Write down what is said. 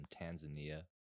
tanzania